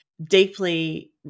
deeply